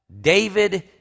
David